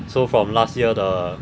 so from last year 的